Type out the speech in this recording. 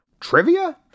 Trivia